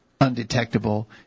undetectable